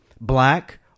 black